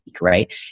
right